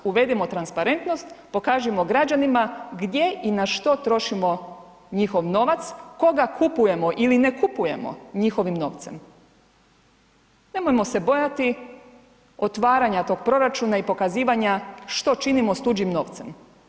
Uvedimo transparentnost, pokažimo građanima gdje i na što trošimo njihov novac, koga kupujemo ili ne kupujemo njihovim novcem. nemojmo se bojati otvaranja tog proračuna i pokazivanja što činimo s tuđim novcem.